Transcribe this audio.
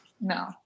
No